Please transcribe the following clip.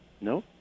No